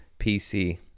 PC